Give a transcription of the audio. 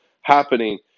happening